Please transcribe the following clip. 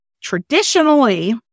traditionally